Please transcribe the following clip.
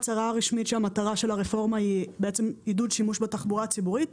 ההצהרה הרשמית היא שהמטרה של הרפורמה היא עידוד שימוש בתחבורה הציבורית.